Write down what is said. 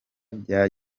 bya